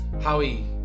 Howie